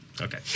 Okay